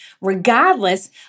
regardless